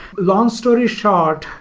long story short,